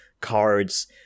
cards